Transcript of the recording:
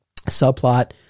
subplot